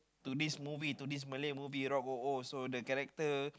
to this movie to this Malay movie Rock O O so the character